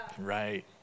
Right